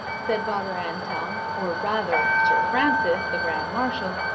said father anselm, or rather sir francis, the grand marshal,